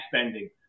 spending